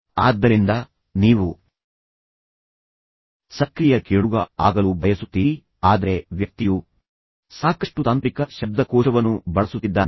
ಆದ್ದರಿಂದ ನೀವು ಸಕ್ರಿಯ ಕೇಳುಗ ಆಗಲು ಬಯಸುತ್ತೀರಿ ಆದರೆ ವ್ಯಕ್ತಿಯು ಏನು ಹೇಳುತ್ತಿದ್ದಾನೆ ಎಂಬುದನ್ನು ಅನುಸರಿಸಲು ನಿಮಗೆ ಸಾಧ್ಯವಾಗುವುದಿಲ್ಲ ಏಕೆಂದರೆ ವ್ಯಕ್ತಿಯು ಸಾಕಷ್ಟು ತಾಂತ್ರಿಕ ಶಬ್ದಕೋಶವನ್ನು ಬಳಸುತ್ತಿದ್ದಾನೆ